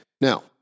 Now